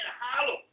hollow